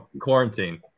Quarantine